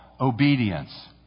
obedience